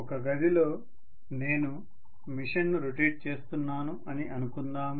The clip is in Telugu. ఒక గదిలో నేను మిషన్ ను రొటేట్ చేస్తున్నాను అని అనుకుందాము